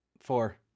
Four